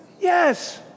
Yes